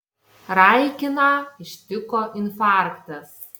raikiną ištiko infarktas